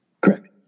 Correct